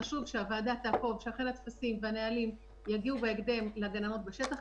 חשוב שהוועדה תעקוב שאכן הטפסים והנהלים יגיעו בהקדם לגננות בשטח,